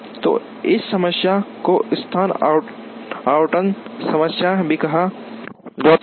तो इस समस्या को स्थान आवंटन समस्या भी कहा जाता है